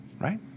Right